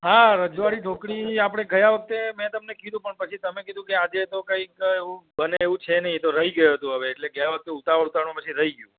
હા રજવાડી ઢોકળી આપણે ગયા વખતે મેં તમને કીધું પણ પછી તમે કીધું કે આજે તો કાંઇક એવું બને એવું છે નહીં તો રહી ગયું હતું હવે એટલે ગયા વખતે ઉતાવળ ઉતાવળમાં પછી રહી ગયું